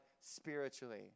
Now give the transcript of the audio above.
spiritually